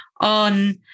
on